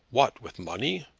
what, with money?